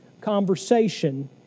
conversation